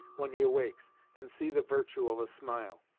when he awakes, and see the virtue of a smile.